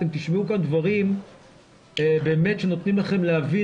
תשמעו כאן דברים באמת שנותנים לכם להבין